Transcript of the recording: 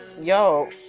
yo